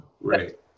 Right